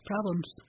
Problems